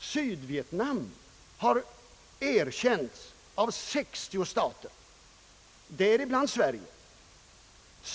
Sydvietnam har erkänts av 60 stater, däribland Sverige.